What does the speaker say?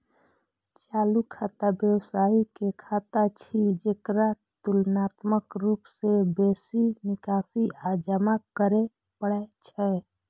चालू खाता व्यवसायी के खाता छियै, जेकरा तुलनात्मक रूप सं बेसी निकासी आ जमा करै पड़ै छै